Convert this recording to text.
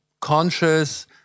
conscious